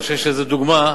אני חושב שזו דוגמה,